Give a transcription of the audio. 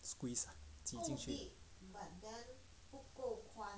squeeze 挤进去